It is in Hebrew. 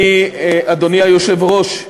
אני, אדוני היושב-ראש,